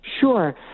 Sure